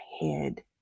head